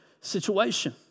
situation